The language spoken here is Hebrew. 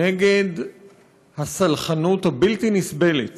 נגד הסלחנות הבלתי-נסבלת